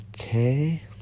Okay